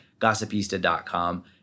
gossipista.com